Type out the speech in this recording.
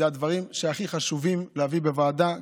אלה הדברים שהכי חשוב להביא להם בוועדה.